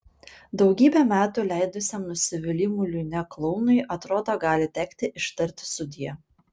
daugybę metų leidusiam nusivylimų liūne klounui atrodo gali tekti ištarti sudie